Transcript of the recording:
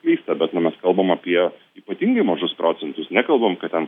klysta bet nu mes kalbam apie ypatingai mažus procentus nekalbam kad ten